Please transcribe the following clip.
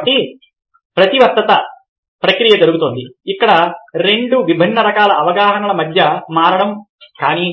కాబట్టి ప్రతివర్తిత త్రిప్పగలిగిన ప్రక్రియ జరుగుతోంది ఇక్కడ రెండు విభిన్న రకాల అవగాహనల మధ్య మారడం కానీ